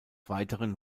weiteren